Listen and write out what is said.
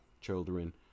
children